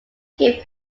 give